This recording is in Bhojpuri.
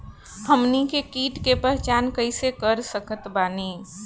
हमनी के कीट के पहचान कइसे कर सकत बानी?